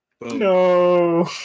No